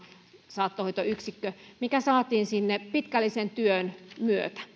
saattohoitoyksikkö mikä saatiin sinne pitkällisen työn myötä